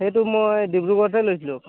সেইটো মই ডিব্ৰুগড়তহে লৈছিলোঁ অকল